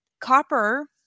copper